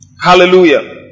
hallelujah